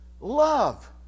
love